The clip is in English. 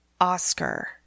oscar